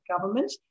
government